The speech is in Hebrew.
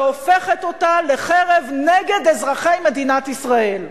והופכת אותה לחרב נגד אזרחי מדינת ישראל.